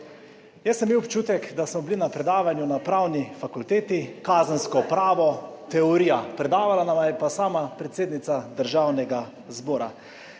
Jaz sem imel občutek, da smo bili na predavanju na Pravni fakulteti, kazensko pravo, teorija, predavala nam je pa sama predsednica Državnega zbora.